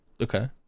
Okay